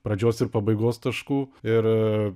pradžios ir pabaigos taškų ir